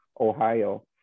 Ohio